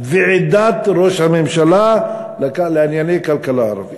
ועידת ראש הממשלה לענייני הכלכלה הערבית.